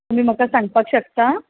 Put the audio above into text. तुमी म्हाका सांगपाक शकता